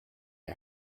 are